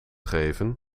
geven